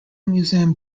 museum